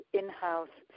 in-house